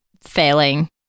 failing